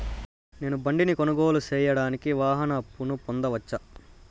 నేను బండి కొనుగోలు సేయడానికి వాహన అప్పును పొందవచ్చా?